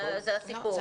זה הסיפור.